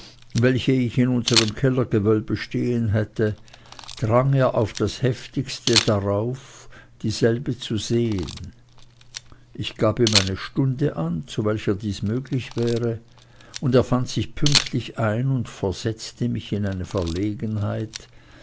welche ich in unserm kellergewölbe stehen hätte drang er auf das heftigste darauf dieselbe zu sehen ich gab ihm eine stunde an zu welcher dies möglich wäre und er fand sich pünktlich ein und versetzte mich in eine verlegenheit